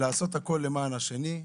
- לעשות הכל למען השני.